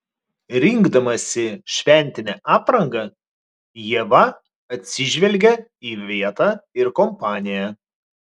rinkdamasi šventinę aprangą ieva atsižvelgia į vietą ir kompaniją